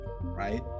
right